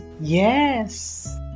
yes